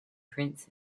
prince